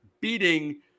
beating